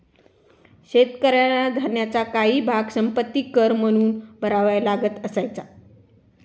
शेतकऱ्याला धान्याचा काही भाग संपत्ति कर म्हणून भरावा लागत असायचा